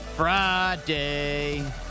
Friday